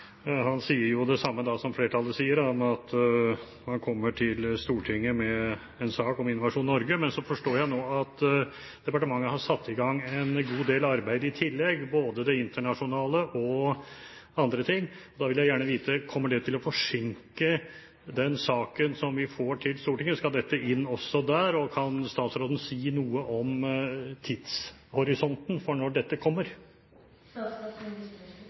Han sier jo da det samme som flertallet sier, at han kommer til Stortinget med en sak om Innovasjon Norge. Men så forstår jeg nå at departementet har satt i gang en god del arbeid i tillegg, både det internasjonale og andre ting. Da vil jeg gjerne vite: Kommer det til å forsinke den saken som vi får til Stortinget? Skal dette inn også der? Og kan statsråden si noe om tidshorisonten for når dette